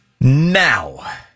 Now